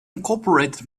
incorporated